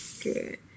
Good